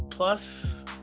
Plus